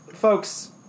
folks